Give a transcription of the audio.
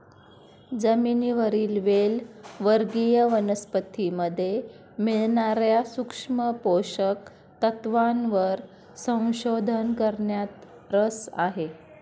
जमिनीवरील वेल वर्गीय वनस्पतीमध्ये मिळणार्या सूक्ष्म पोषक तत्वांवर संशोधन करण्यात रस आहे